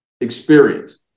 experience